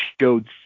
showed